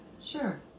Sure